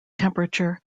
temperature